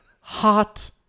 hot